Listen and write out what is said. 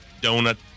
donut